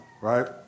Right